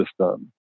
system